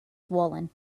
swollen